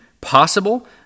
possible